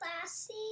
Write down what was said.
Classy